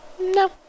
No